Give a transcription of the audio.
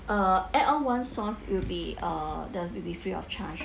uh add on one sauce will be uh the will be free of charge